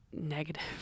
negative